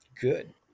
Good